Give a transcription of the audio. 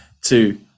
two